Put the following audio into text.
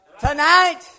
tonight